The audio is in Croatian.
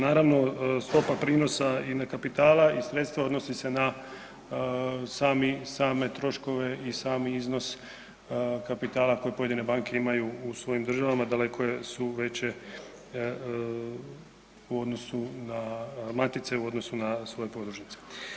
Naravno, stopa prinosa i ne kapitala i sredstva odnosi se na same troškove i sami iznos kapitala koje pojedine banke imaju u svojim državama daleko su veće u odnosu na matice u odnosu na svoje podružnice.